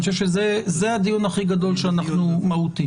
זה הדיון הכי מהותי.